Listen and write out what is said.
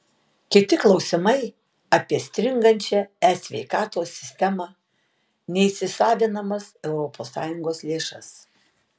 kiti klausimai apie stringančią e sveikatos sistemą neįsisavinamas europos sąjungos lėšas